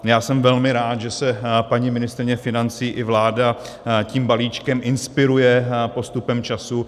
Já jsem velmi rád, že se paní ministryně financí i vláda tím balíčkem inspiruje postupem času.